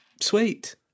sweet